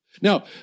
Now